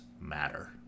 Matter